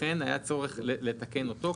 לכן היה צורך לתקן אותו,